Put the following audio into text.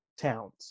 towns